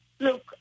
Look